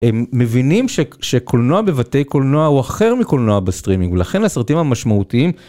הם מבינים שקולנוע בבתי קולנוע הוא אחר מקולנוע בסטרימינג ולכן הסרטים המשמעותיים.